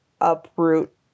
uproot